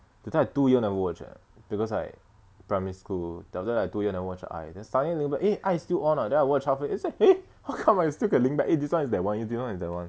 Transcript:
that time I two year never watch eh because like primary school then after that I two year never watch 爱 then I suddenly remember 爱 still on ah then I watch halfway I say eh how come I still can link back this [one] is that [one] eh this [one] is that [one]